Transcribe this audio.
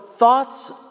Thoughts